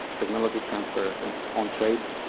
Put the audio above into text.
technology transfer on trade.